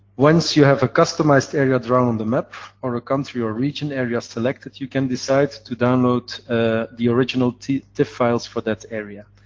once you have a customized area drawn on the map, or a country or region area selected, you can decide to download the original tif files for that area.